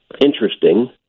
interesting